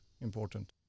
important